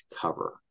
cover